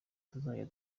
tuzajya